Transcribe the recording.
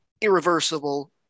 irreversible